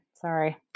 Sorry